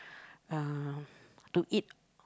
uh to eat